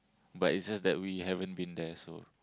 but is just that we haven't been there so